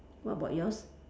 what about yours